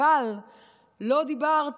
אבל לא דיברת